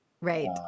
Right